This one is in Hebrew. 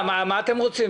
מה אתם רוצים?